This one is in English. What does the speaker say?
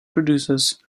producers